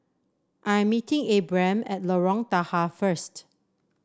I'm meeting Abram at Lorong Tahar first